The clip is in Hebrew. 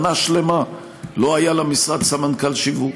שנה שלמה לא היה למשרד סמנכ"ל שיווק,